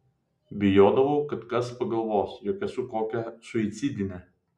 bijodavau kad kas pagalvos jog esu kokia suicidinė